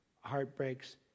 heartbreaks